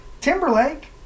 Timberlake